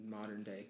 modern-day